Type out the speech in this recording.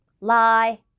lie